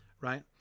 Right